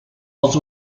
els